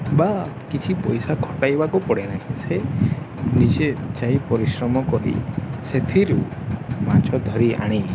ବା କିଛି ପଇସା ଖଟାଇବାକୁ ପଡ଼େ ନାହିଁ ସେ ନିଜେ ଯାଇ ପରିଶ୍ରମ କରି ସେଥିରୁ ମାଛ ଧରି ଆଣି